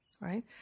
Right